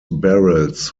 barrels